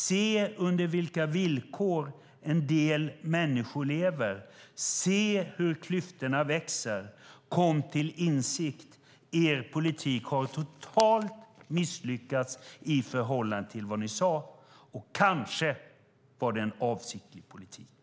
Se under vilka villkor en del människor lever! Se hur klyftorna växer! Kom till insikt! Er politik har totalt misslyckats i förhållande till vad ni sade. Och kanske var det en avsiktlig politik.